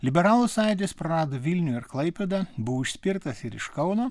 liberalų sąjūdis prarado vilnių ir klaipėdą buvo išspirtas ir iš kauno